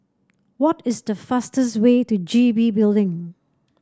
what is the fastest way to G B Building